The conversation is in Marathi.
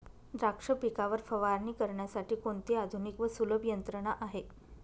द्राक्ष पिकावर फवारणी करण्यासाठी कोणती आधुनिक व सुलभ यंत्रणा आहे?